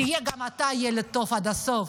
תהיה גם אתה ילד טוב עד הסוף,